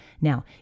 Now